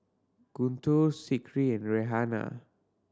Guntur and Raihana